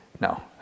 no